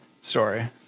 story